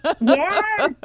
Yes